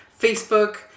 Facebook